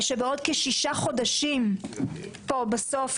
שבעוד כשישה חודשים פה בסוף,